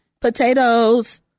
potatoes